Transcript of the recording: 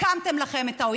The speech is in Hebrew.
נטלתם ממני,